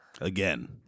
Again